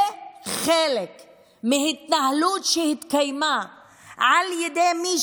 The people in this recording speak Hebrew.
זה חלק מהתנהלות שהתקיימה על ידי מי